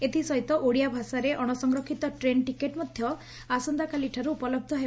ଏଥ ସହିତ ଓଡିଆ ଭାଷାରେ ଅଣସଂରକ୍ଷିତ ଟ୍ରେନ ଟିକେଟ ମଧ୍ଧ ଆସନ୍ତାକାଲିଠାରୁ ଉପଲହ ହେବ